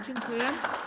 Dziękuję.